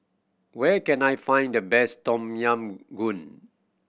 where can I find the best Tom Yam Goong